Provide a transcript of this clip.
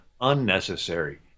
unnecessary